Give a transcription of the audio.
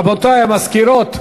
גבירותי המזכירות,